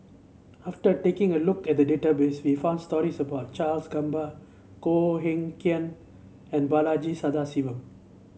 after taking a look at the database we found stories about Charles Gamba Koh Eng Kian and Balaji Sadasivan